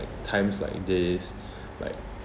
times like this like